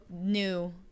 new